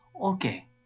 Okay